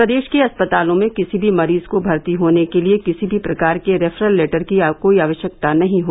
प्रदेश के अस्पतालों में किसी भी मरीज को भर्ती होने के लिए किसी भी प्रकार के रेफरल लेटर की कोई आवश्यकता नहीं है